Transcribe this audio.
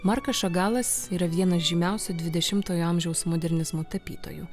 markas šagalas yra vienas žymiausių dvidešimtojo amžiaus modernizmo tapytojų